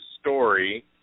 story